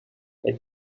elle